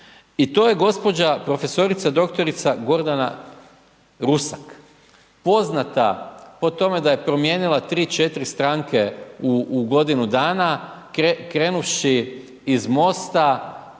i to je gospođa profesorica doktorica Gordana Rusak, poznata po tome da je promijenila tri, četiri stranke u godinu dana, krenuvši iz